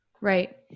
right